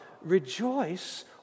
rejoice